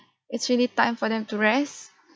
it's really time for them to rest